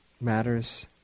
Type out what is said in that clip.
matters